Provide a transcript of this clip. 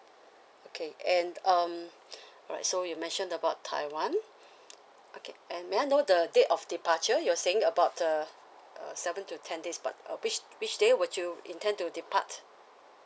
okay and um alright so you mentioned about taiwan okay and may I know the date of departure you were saying about uh uh seven to ten days but uh which which day would you intend to depart